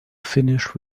finished